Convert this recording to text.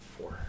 Four